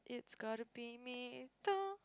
it's gotta be me